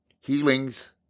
healings